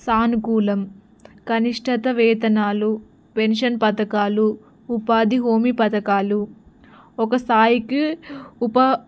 సానుకూలం కనిష్టత వేతనాలు పెన్షన్ పథకాలు ఉపాధి హోమి పథకాలు ఒక స్థాయికి ఉపా